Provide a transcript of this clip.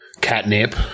catnip